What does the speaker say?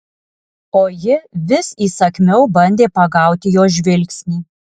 o ji vis įsakmiau bandė pagauti jo žvilgsnį